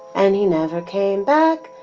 and he never came back,